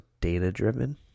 data-driven